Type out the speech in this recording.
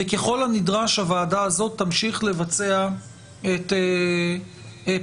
וככל הנדרש הוועדה הזו תמשיך לבצע את פעולת